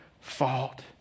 fault